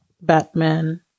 Batman